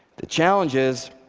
the challenge is